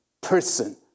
person